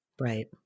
right